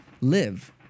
live